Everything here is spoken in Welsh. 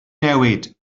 newid